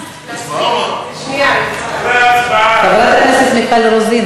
חברת הכנסת מיכל רוזין,